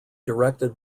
directed